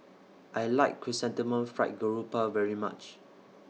I like Chrysanthemum Fried Grouper very much